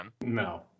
No